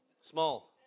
Small